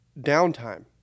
downtime